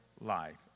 life